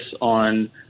on